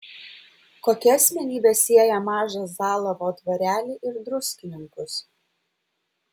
kokia asmenybė sieja mažą zalavo dvarelį ir druskininkus